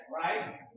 right